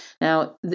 Now